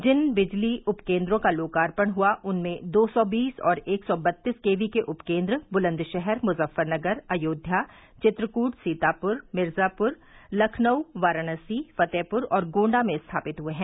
जिन बिजली उपकेन्द्रों का लोकार्पण हुआ उनमें दो सौ बीस एवं एक सौ बत्तीस के री के उपकेन्द्र बुलंदशहर मुजफ्फरनगर अयोध्या चित्रकूट सीतापुर मिर्जापुर लखनऊ वाराणसी फतेहपुर और गोण्डा में स्थापित हुए हैं